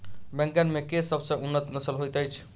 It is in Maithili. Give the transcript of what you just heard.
बैंगन मे केँ सबसँ उन्नत नस्ल होइत अछि?